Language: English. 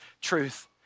truth